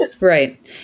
Right